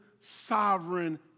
sovereign